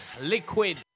Liquid